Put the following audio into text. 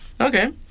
okay